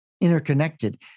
interconnected